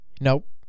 Nope